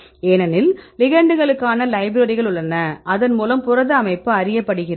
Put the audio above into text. ஏனெனில் லிகெண்ட்களுக்கான லைப்ரரிகள் உள்ளன அதன் மூலம் புரத அமைப்பு அறியப்படுகிறது